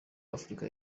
africa